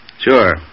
Sure